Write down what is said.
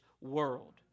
world